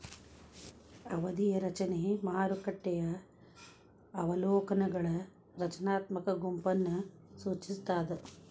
ಅವಧಿಯ ರಚನೆ ಮಾರುಕಟ್ಟೆಯ ಅವಲೋಕನಗಳ ರಚನಾತ್ಮಕ ಗುಂಪನ್ನ ಸೂಚಿಸ್ತಾದ